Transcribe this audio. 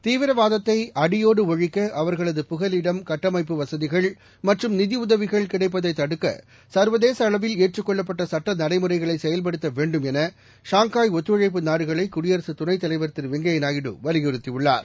தீவிரவாதத்தை அடியோடு ஒழிக்க அவர்களது புகலிடம் கட்டமைப்பு வசதிகள் மற்றும் நிதியுதவிகள் கிடைப்பதைத் தடுக்க சர்வதேச அளவில் ஏற்றுக் கொள்ளப்பட்ட சட்ட நடைமுறைகளை செயல்படுத்த வேண்டும் என ஷாங்காய் ஒத்துழைப்பு நாடுகளை குடியரசு துணைத் தலைவர் திரு வெங்கய்ய நாயுடு வலியுறுத்தியுள்ளார்